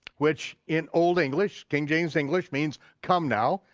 which in old english, king james english, means come now.